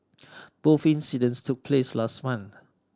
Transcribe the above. both incidents took place last month